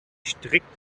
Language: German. strikt